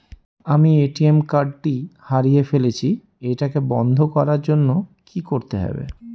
আমি ATM card টি হারিয়ে ফেলেছি এটাকে বন্ধ করার জন্য কি করতে হবে?